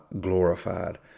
glorified